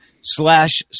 slash